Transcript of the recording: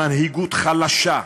מנהיגות חלשה,